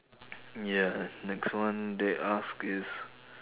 ya next one they ask is